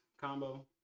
combo